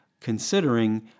considering